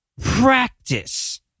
practice